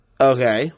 Okay